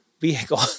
vehicle